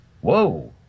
whoa